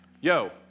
Yo